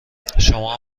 شما